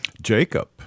Jacob